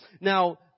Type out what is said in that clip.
Now